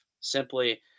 Simply